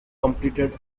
competed